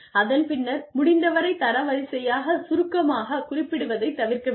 அதன் பின்னர் முடிந்தவரைத் தரவரிசையைச் சுருக்கமாகக் குறிப்பிடுவதைத் தவிர்க்க வேண்டும்